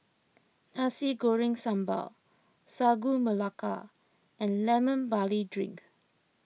Nasi Goreng Sambal Sagu Melaka and Lemon Barley Drink